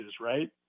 right